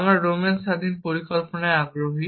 আমরা ডোমেন স্বাধীন পরিকল্পনায় আগ্রহী